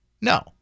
No